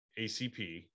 ACP